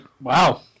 wow